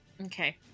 Okay